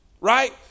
right